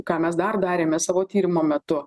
ką mes dar darėme savo tyrimo metu